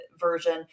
version